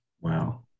wow